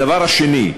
הדבר השני,